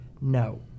no